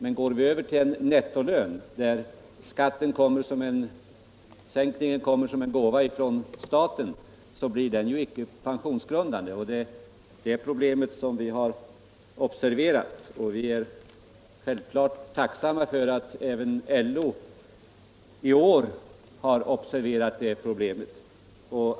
Men går vi över till en nettolön, varvid skattesänkningen kommer som en gåva från staten, blir motsvarande del av lönen icke pensionsgrundande. Det är det problemet som vi har observerat. Vi är självfallet tacksamma för att även LO i år har observerat detta problem.